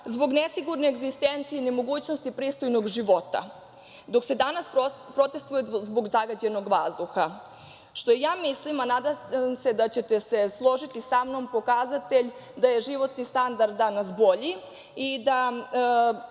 zbog nesigurne egzistencije i nemogućnosti pristojnog života, dok se danas protestvuje zbog zagađenog vazduha, što ja mislim, a nadam se da ćete se složiti sa mnom, pokazatelj je da je životni standard danas bolji. Naravno